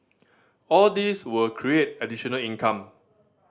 all these will create additional income